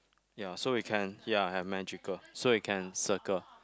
ya so we can ya have magical so we can circle